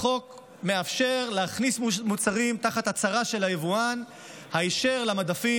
החוק מאפשר להכניס מוצרים תחת הצהרה של היבואן היישר למדפים,